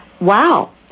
Wow